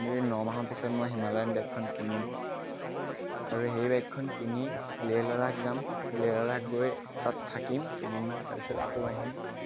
এই ন মাহৰ পিছত মই হিমালয়ান বাইকখন কিনিম আৰু সেই বাইকখন কিনি লে লাডাখ যাম লে লাডাখ গৈ তাত থাকিম কেইদিনমান তাৰপিছত আকৌ আহিম